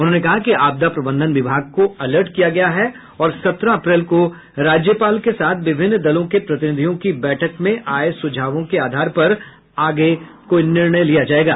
उन्होंने कहा कि आपदा प्रबंधन विभाग को अलर्ट किया गया है और सत्रह अप्रैल को राज्यपाल के साथ विभिन्न दलों के प्रतिनिधियों की बैठक में आये सुझावों के आधार पर आगे कोई निर्णय लिया जायेगा